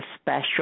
special